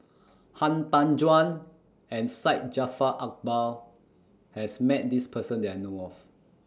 Han Tan Juan and Syed Jaafar Albar has Met This Person that I know of